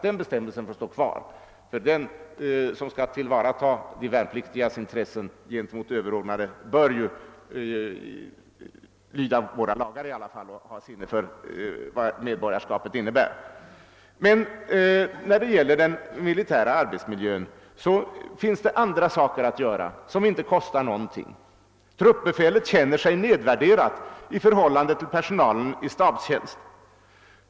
Den som skall tillvarata de värnpliktigas intressen bör i alla fall lyda våra lagar och ha sinne för vad medborgarskapet innebär. Vad beträffar den militära arbetsmiljön finns det andra saker att göra som inte kostar någonting. Truppbefälet känner sig nedvärderat i förhållande till personalen i stabstjänst.